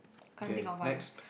okay next